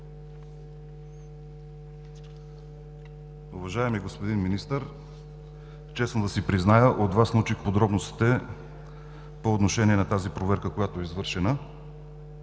Уважаеми господин Министър, честно да си призная, от Вас научих подробностите по отношение на тази проверка, която е извършена,